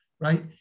right